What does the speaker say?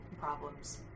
problems